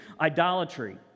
idolatry